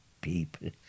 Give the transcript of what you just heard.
people